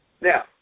Now